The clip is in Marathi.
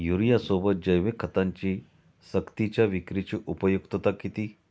युरियासोबत जैविक खतांची सक्तीच्या विक्रीची उपयुक्तता किती?